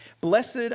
Blessed